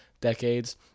decades